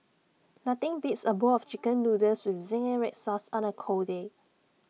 nothing beats A bowl of Chicken Noodles with Zingy Red Sauce on A cold day